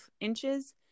inches